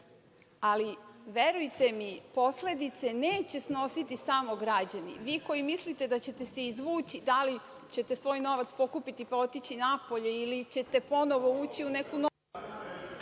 verujte mi, posledice neće snositi samo građani. Vi koji mislite da ćete se izvući, da li ćete svoj novac pokupiti pa otići napolje ili ćete ponovo ući u neku novu…